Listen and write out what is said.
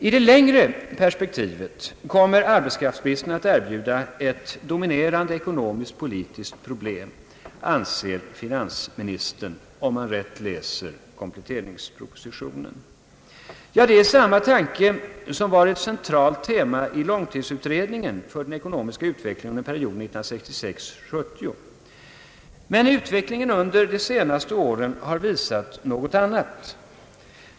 I det längre perspektivet kommer arbetskraftsbristen att erbjuda ett dominerande ekonomisk-politiskt problem, anser finansministern, om jag rätt har läst kompletteringspropositionen. Ja, det är samma tanke som var ett centralt tema i långtidsutredningen för den ekonomiska utvecklingen under perioden 1966—1970. Men utvecklingen under de senaste åren har visat något annat.